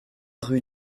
rue